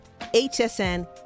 HSN